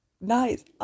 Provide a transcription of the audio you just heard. nice